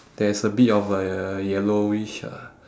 there is a bit of a yellowish ah